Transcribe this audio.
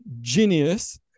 genius